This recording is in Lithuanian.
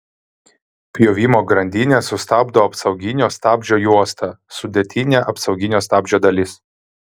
pjovimo grandinę sustabdo apsauginio stabdžio juosta sudėtinė apsauginio stabdžio dalis